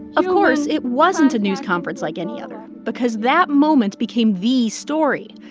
of course, it wasn't a news conference like any other because that moment became the story.